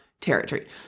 territory